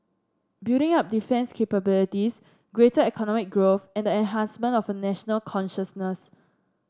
building up defence capabilities greater economic growth and the enhancement of a national consciousness